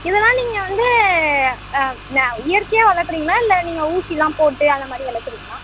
இதெல்லாம் நீங்கள் வந்து இயற்கையாக வளர்க்குறீங்களா இல்லை நீங்கள் ஊசியெலாம் போட்டு அந்த மாதிரி வளர்க்குறீங்களா